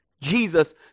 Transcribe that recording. Jesus